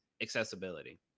accessibility